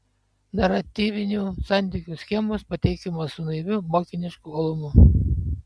naratyvinių santykių schemos pateikiamos su naiviu mokinišku uolumu